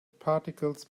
particles